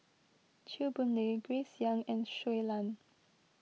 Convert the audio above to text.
Chew Boon Lay Grace Young and Shui Lan